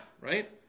right